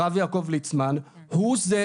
הרב יעקב ליצמן הוא זה,